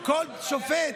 כל שופט,